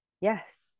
yes